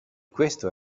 questo